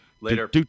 Later